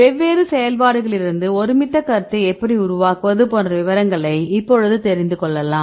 வெவ்வேறு செயல்பாடுகளிலிருந்து ஒருமித்த கருத்தை எப்படி உருவாக்குவது போன்ற விவரங்களை இப்போது தெரிந்துகொள்ளலாம்